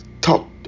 talk